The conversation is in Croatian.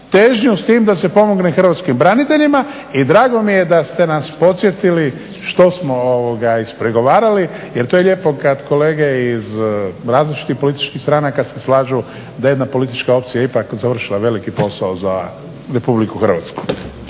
težnju s tim da se pomogne hrvatskim braniteljima i drago mi je da ste nas podsjetili što smo ispregovarali jer to je lijepo kad kolege iz različitih političkih stranaka se slažu da je jedna politička opcija ipak završila veliki posao za Republiku Hrvatsku.